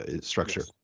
structure